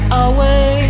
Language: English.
away